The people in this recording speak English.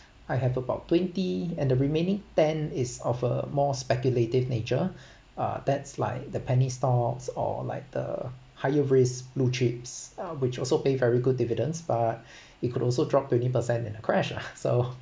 I have about twenty and the remaining ten is of a more speculative nature uh that's like the penny stocks or like the higher risk blue chips which also pay very good dividends but it could also drop twenty percent in a crash ah so